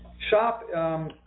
shop